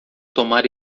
tomar